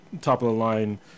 top-of-the-line